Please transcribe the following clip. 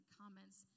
comments